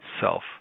self